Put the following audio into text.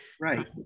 right